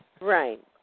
Right